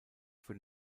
für